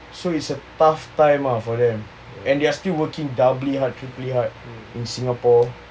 so it's a tough time ah for them and they are still working doubly hard triply hard in singapore